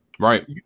Right